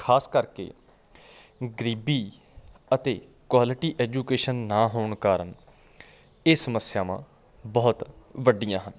ਖਾਸ ਕਰਕੇ ਗਰੀਬੀ ਅਤੇ ਕੁਆਲਿਟੀ ਐਜੂਕੇਸ਼ਨ ਨਾ ਹੋਣ ਕਾਰਨ ਇਹ ਸਮੱਸਿਆਵਾਂ ਬਹੁਤ ਵੱਡੀਆਂ ਹਨ